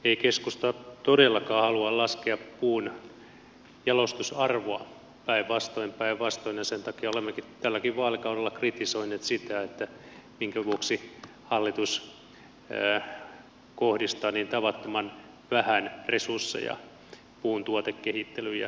ei keskusta todellakaan halua laskea puun jalostusarvoa päinvastoin päinvastoin ja sen takia olemmekin tälläkin vaalikaudella kritisoineet sitä minkä vuoksi hallitus kohdistaa niin tavattoman vähän resursseja puun tuotekehittelyyn ja niin pois päin